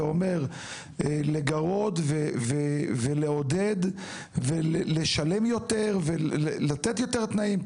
זה אומר לגרות ולעודד ולשלם יותר ולתת יותר תנאים,